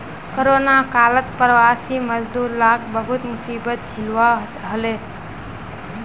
corona कालत प्रवासी मजदूर लाक बहुत मुसीबत झेलवा हले